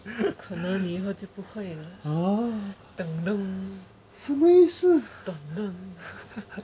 可能你以后就不会了 oh